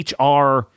HR